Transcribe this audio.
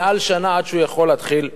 מעל שנה עד שהוא יכול להתחיל לבנות.